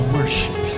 worship